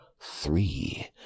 three